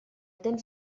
temps